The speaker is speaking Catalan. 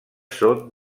són